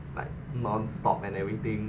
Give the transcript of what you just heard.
like non stop and everything